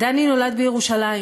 דני נולד בירושלים,